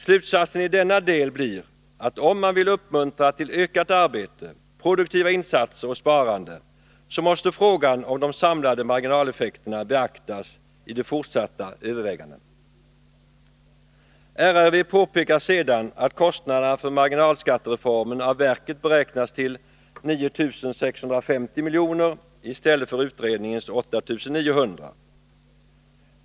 Slutsatsen i denna del blir att om man vill uppmuntra till ökat arbete, produktiva insatser och sparande, så måste frågan om de samlade marginaleffekterna beaktas i de fortsatta övervägandena. RRV påpekar sedan att kostnaderna för marginalskattereformen av verket beräknats till 9650 milj.kr. i stället för utredningens 8900 milj.kr.